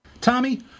Tommy